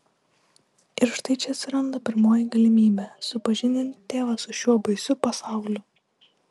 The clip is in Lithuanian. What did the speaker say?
ir štai čia atsiranda pirmoji galimybė supažindinti tėvą su šiuo baisiu pasauliu